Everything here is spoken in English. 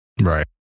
Right